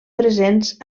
presents